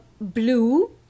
blue